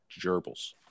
gerbils